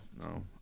No